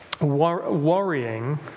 worrying